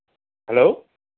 hello